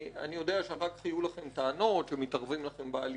יודע שאחר כך יהיו לכם טענות שמתערבים לכם בהליכים